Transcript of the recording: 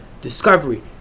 discovery